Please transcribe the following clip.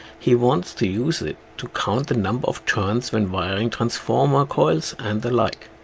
he wants to use it to count the number of turns when wiring transformer coils and the like.